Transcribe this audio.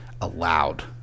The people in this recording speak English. allowed